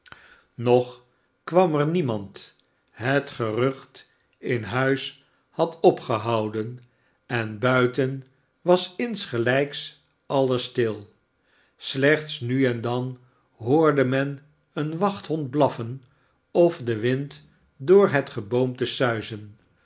nog kwam er niemand het gerucht in huis had opgehouden en buiten was insgelijks alles stil slechts nu en dan hoorde men een wachthond blaffen of de wind door het geboomte suizen